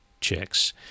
chicks